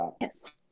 Yes